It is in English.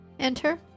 Enter